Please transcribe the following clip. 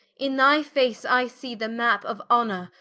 in thy face i see the map of honor,